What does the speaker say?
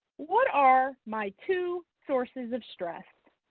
what are my two sources of stress?